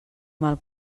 mal